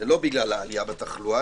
זה לא בגלל העלייה בתחלואה,